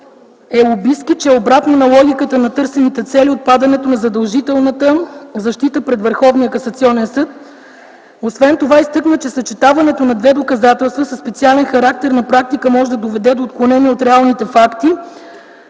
е лобистки, че е обратно на логиката на търсените цели отпадането на задължителната защита пред Върховния касационен съд. Освен това изтъкна, че съчетаването на две доказателства със специален характер на практика може да доведе до отклонение от реалните факти,